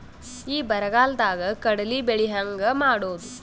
ಈ ಬರಗಾಲದಾಗ ಕಡಲಿ ಬೆಳಿ ಹೆಂಗ ಮಾಡೊದು?